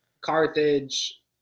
Carthage